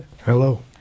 Hello